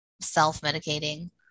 self-medicating